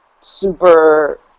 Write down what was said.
super